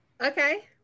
Okay